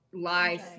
life